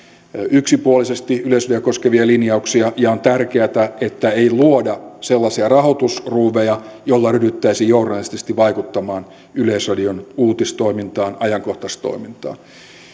yksipuolisesti yleisradiota koskevia linjauksia ja on tärkeätä että ei luoda sellaisia rahoitusruuveja joilla ryhdyttäisiin journalistisesti vaikuttamaan yleisradion uutistoimintaan ja ajankohtaistoimintaan